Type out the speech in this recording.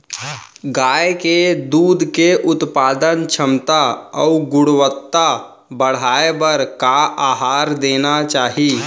गाय के दूध के उत्पादन क्षमता अऊ गुणवत्ता बढ़ाये बर का आहार देना चाही?